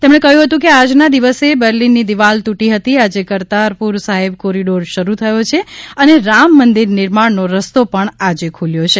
તેમણે કહ્યું હતું કે આજના દિવસે બર્લિનની દિવાલ તૂટી હતી આજે કરતારપુર સાહેબ કોરિડોર શરૂ થયો છે અને રામમંદિર નિર્માણનો રસ્તો પણ આજે ખૂલ્યો છે